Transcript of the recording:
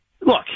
Look